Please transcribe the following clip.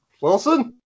Wilson